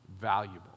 valuable